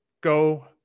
Go